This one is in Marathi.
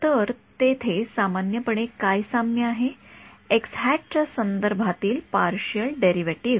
तर तेथे सामान्यपणे काय साम्य आहे च्या संदर्भातील पार्शिअल डेरिव्हेटिव्ह